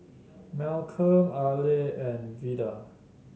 Malcolm Aleah and Vidal